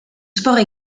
sports